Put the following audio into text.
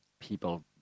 people